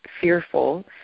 fearful